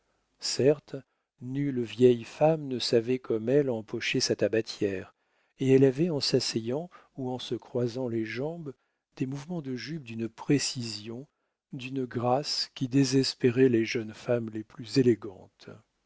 certes nulle vieille femme ne savait comme elle empocher sa tabatière et elle avait en s'asseyant ou en se croisant les jambes des mouvements de jupe d'une précision d'une grâce qui désespérait les jeunes femmes les plus élégantes